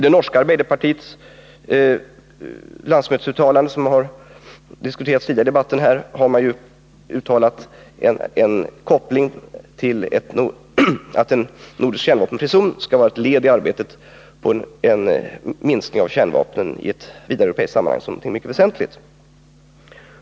I det norska arbeiderpartiets landsmötesuttalande, som har diskuterats tidigare i debatten, poängterades starkt att en nordisk kärnvapenfri zon skall vara ett led i arbetet på en minskning av kärnvapnen i ett vidare europeiskt sammanhang.